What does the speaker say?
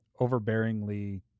overbearingly